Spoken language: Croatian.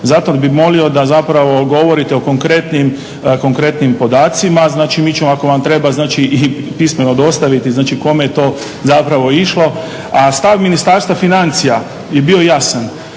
Zato bih molio da zapravo govorite o konkretnim podacima. Znači mi ćemo ako vam treba i pismeno dostaviti kome je to zapravo išlo. A stav Ministarstva financija je bio jasan